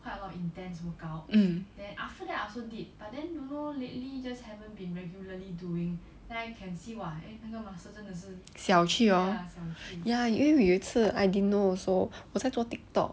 真的是小去 hor ya 有一次 I didn't know also 我在做 tik tok